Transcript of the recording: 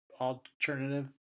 alternative